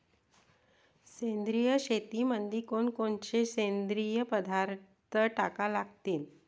सेंद्रिय शेतीमंदी कोनकोनचे सेंद्रिय पदार्थ टाका लागतीन?